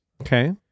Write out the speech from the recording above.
okay